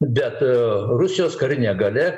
bet rusijos karinė galia